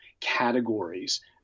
categories